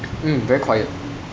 mm very quiet